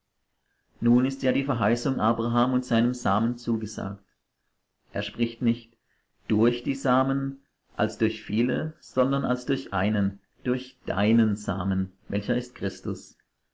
nun ist ja die verheißung abraham und seinem samen zugesagt er spricht nicht durch die samen als durch viele sondern als durch einen durch deinen samen welcher ist christus